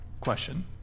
question